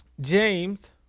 James